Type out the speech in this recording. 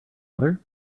mother